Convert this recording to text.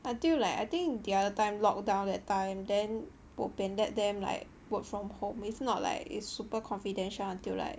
until like I think the other time lock down that time then bo pian let them like work from home if not like it's super confidential until like